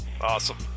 Awesome